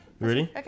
ready